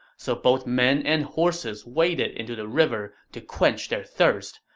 so both men and horses waded into the river to quench their thirst,